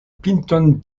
pinton